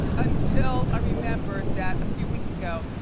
until i remembered that a few weeks ago,